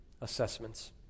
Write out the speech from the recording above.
assessments